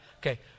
okay